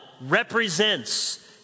represents